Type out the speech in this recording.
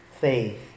faith